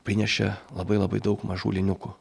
prinešė labai labai daug mažų lyniukų